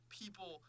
people